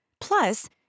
Plus